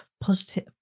positive